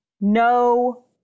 no